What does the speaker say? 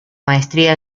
maestría